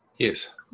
Yes